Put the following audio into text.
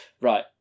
Right